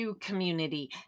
community